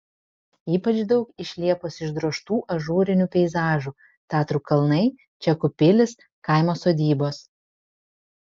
ypač daug iš liepos išdrožtų ažūrinių peizažų tatrų kalnai čekų pilys kaimo sodybos